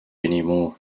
anymore